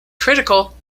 critical